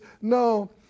No